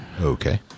Okay